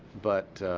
but